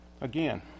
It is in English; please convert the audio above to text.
again